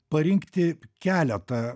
parinkti keletą